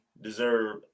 deserve